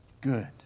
good